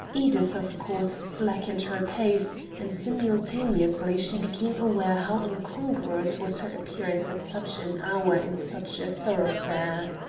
edith, of course, slackened her pace, and simultaneously she became aware how incongruous was her appearance at such an hour in such a thoroughfare.